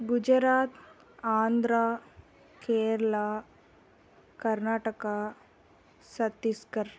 Gujarat Andhra Kerala Karnataka Chhattisgarh